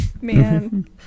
Man